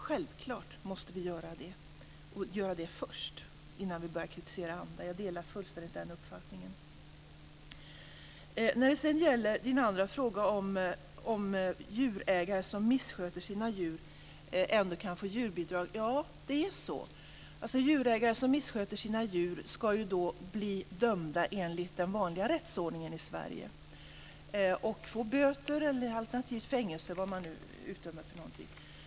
Självklart måste vi göra det först, innan vi börjar kritisera andra. Jag delar fullständigt den uppfattningen. Chatrine Pålssons andra fråga gällde huruvida djurägare som missköter sina djur ändå kan få djurbidrag. Ja, det är så. Djurägare som missköter sina djur ska bli dömda enligt den vanliga rättsordningen i Sverige och få böter, fängelse eller vad man nu utdömer.